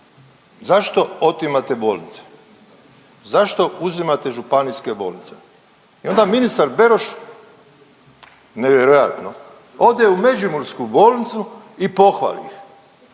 zašto otimate bolnice, zašto uzimate županijske bolnice? I onda ministar Beroš, nevjerojatno, ode u međimursku bolnicu i pohvali ih